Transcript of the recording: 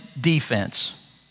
defense